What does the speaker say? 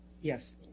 Yes